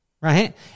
right